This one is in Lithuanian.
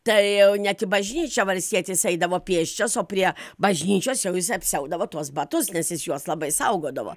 tai jau net į bažnyčią valstietis eidavo pėsčias o prie bažnyčios jau jisai apsiaudavo tuos batus nes jis juos labai saugodavo